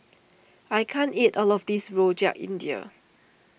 I can't eat all of this Rojak India